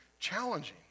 Challenging